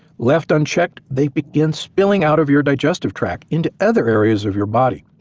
left unchecked they begin spilling out of your digestive tract into other areas of your body.